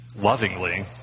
lovingly